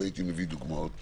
אבל הייתי מביא דוגמאות